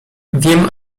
wiem